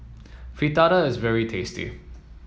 Fritada is very tasty